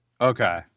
Okay